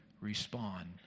respond